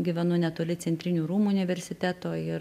gyvenu netoli centrinių rūmų universiteto ir